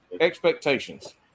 Expectations